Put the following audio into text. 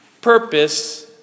purpose